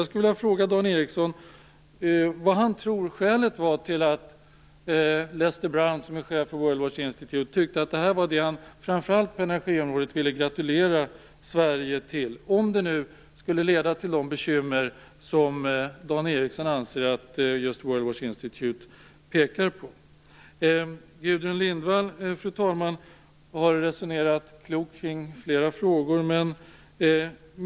Jag skulle vilja fråga Dan Ericsson vad han tror skälet var att Leister Brown, chefen för World Watch Institute, tyckte att det var framför allt detta inom energiområdet han ville gratulera Sverige till, om detta skulle leda till de bekymmer Dan Ericsson anser att World Watch Institute pekar på. Fru talman! Gudrun Lindvall har resonerat klokt kring flera frågor.